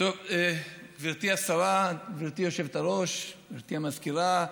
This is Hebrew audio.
גברתי השרה, גברתי היושבת-ראש, גברתי המזכירה,